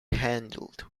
handled